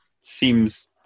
Seems